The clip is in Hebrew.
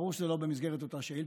ברור שזה לא במסגרת אותה שאילתה.